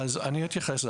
אני אתייחס.